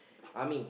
army